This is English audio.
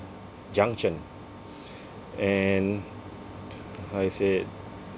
junction and I said